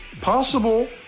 Possible